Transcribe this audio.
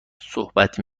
صحبت